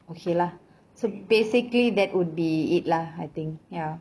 okay lah so basically that would be it lah I think ya